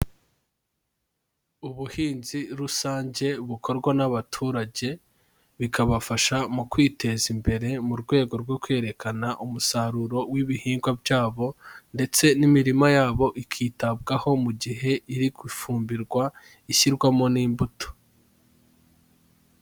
Ubuhinzi rusange bukorwa n'abaturage, bikabafasha mu kwiteza imbere mu rwego rwo kwerekana umusaruro w'ibihingwa byabo ndetse n'imirima yabo ikitabwaho mu gihe iri gufumbirwa ishyirwamo n'imbuto.